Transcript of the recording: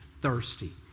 thirsty